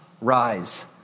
rise